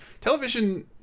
television